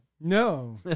No